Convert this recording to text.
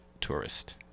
tourist